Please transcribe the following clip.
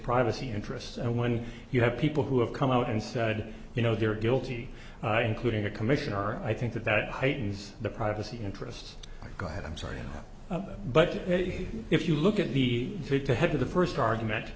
privacy interests and when you have people who have come out and said you know they're guilty including a commissioner i think that that heightens the privacy interests go ahead i'm sorry but if you look at the fifth ahead of the first argument